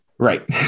Right